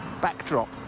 backdrop